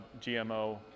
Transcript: GMO